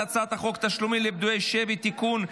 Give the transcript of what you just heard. הצעת חוק תשלומים לפדויי שבי (תיקון,